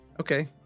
Okay